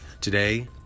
today